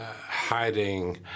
hiding